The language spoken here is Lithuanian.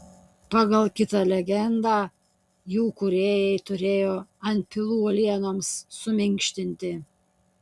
pagal kitą legendą jų kūrėjai turėjo antpilų uolienoms suminkštinti